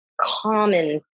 common